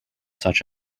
such